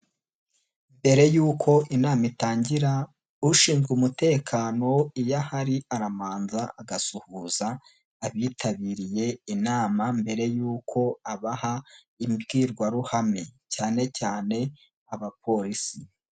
Mbere yuko inama itangira, ushinzwe umutekano iyo ahari, arabanza agasuhuza, abitabiriye inama mbere y'uko abaha, imbwirwaruhame, cyane cyane abapolisi.